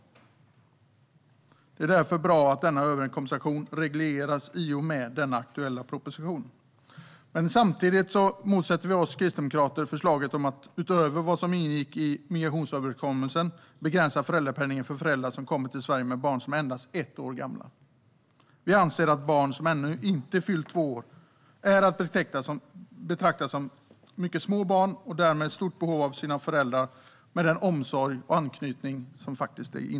Det är därför bra att denna överkompensation regleras i och med den aktuella propositionen. Samtidigt motsätter sig Kristdemokraterna förslaget om att, utöver vad som ingick i migrationsöverenskommelsen, begränsa föräldrapenningen för föräldrar som kommer till Sverige med barn som är endast ett år gamla. Vi anser att barn som ännu inte fyllt två år är att betrakta som mycket små och därmed i stort behov av sina föräldrar för omsorg och anknytning.